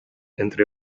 entre